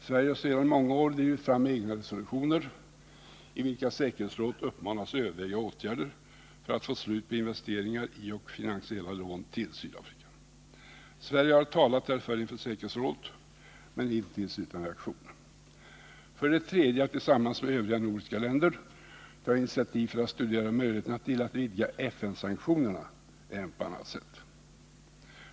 Sverige har sedan många år drivit fram egna resolutioner, i vilka säkerhetsrådet uppmanats överväga åtgärder för att få slut på utländska nyinvesteringar i och finansiella lån till Sydafrika. Sverige har talat härför inför säkerhetsrådet, men hittills utan reaktion från rådet. För det tredje att tillsammans med övriga nordiska länder ta initiativ för att studera möjligheterna att vidga FN-sanktionerna även på annat sätt.